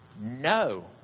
No